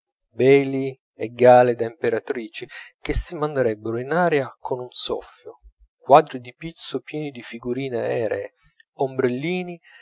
veli e gale da imperatrici che si manderebbero in aria con un soffio quadri di pizzo pieni di figurine aeree ombrellini